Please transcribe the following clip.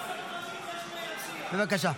בבקשה.